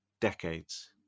decades